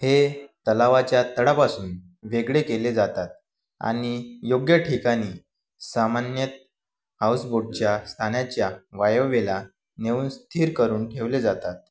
हे तलावाच्या तळापासून वेगळे केले जातात आणि योग्य ठिकाणी सामान्यतः हाऊसबोटच्या स्थानाच्या वायव्येला नेऊन स्थिर करून ठेवले जातात